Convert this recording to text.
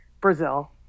Brazil